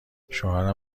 شوهرم